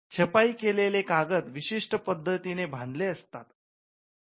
छपाई केलेले कागद विशिष्ट्य पद्धतीने बांधलेले असतात